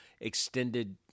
extended